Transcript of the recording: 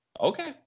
Okay